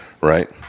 Right